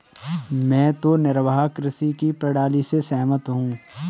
मैं तो निर्वाह कृषि की प्रणाली से सहमत हूँ